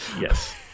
Yes